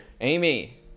amy